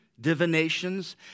divinations